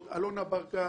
הקבוצות,